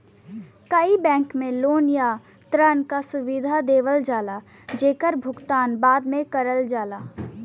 कई बैंक में लोन या ऋण क सुविधा देवल जाला जेकर भुगतान बाद में करल जाला